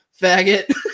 faggot